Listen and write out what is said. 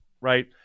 right